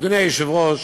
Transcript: אדוני היושב-ראש,